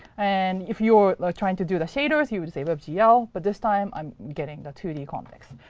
and if you are like trying to do the shaders, you would say webgl. you know but this time, i'm getting the two d context.